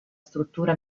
struttura